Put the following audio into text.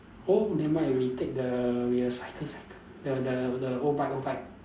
oh never mind we take the we will cycle cycle the the the oBike oBike